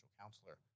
counselor